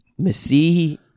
Messi